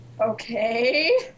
Okay